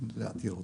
להעביר.